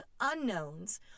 unknowns